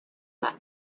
that